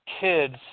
kids